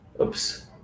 oops